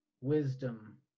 wisdom